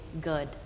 good